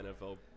NFL